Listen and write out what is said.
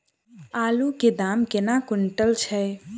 आलु केँ दाम केना कुनटल छैय?